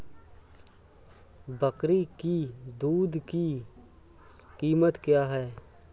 बकरी की दूध की कीमत क्या है?